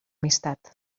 amistat